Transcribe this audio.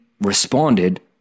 responded